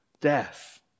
death